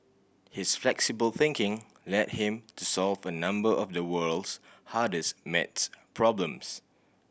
his flexible thinking led him to solve a number of the world's hardest maths problems